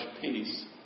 peace